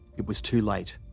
it was too late.